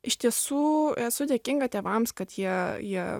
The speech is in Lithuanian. iš tiesų esu dėkinga tėvams kad jie jie